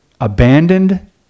abandoned